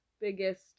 biggest